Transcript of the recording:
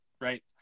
right